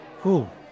Cool